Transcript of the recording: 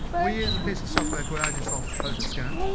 we use a piece of software called agisoft photoscan,